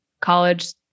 college